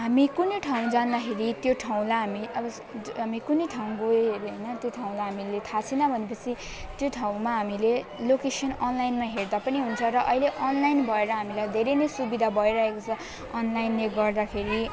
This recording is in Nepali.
हामी कुनै ठाउँ जाँदाखेरि त्यो ठाउँलाई हामी अब हामी कुनै ठाउँ गयो अरे हैन त्यो ठाउँलाई हामीले थाहा छैन भनेपछि त्यो ठाउँमा हामीले लोकेसन अनलाइनमा हेर्दा पनि हुन्छ र अहिले अनलाइन भएर हामीलाई धेरै नै सुविधा भइरहेको छ अनलाइनले गर्दाखेरि